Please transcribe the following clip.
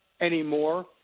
anymore